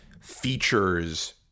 features